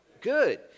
Good